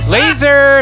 Laser